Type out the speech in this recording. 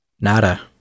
Nada